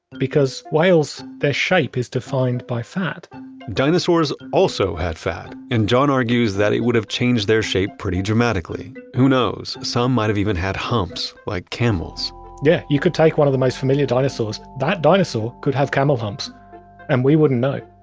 because whale's, their shape is defined by fat dinosaurs also had fat, and john argues that it would have changed their shape pretty dramatically. who knows, some might've even had humps, like camels yeah, you could take one of the most familiar dinosaurs. that dinosaur could have camels humps and we wouldn't know,